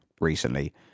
recently